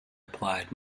applied